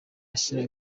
ashyira